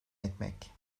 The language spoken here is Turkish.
etmek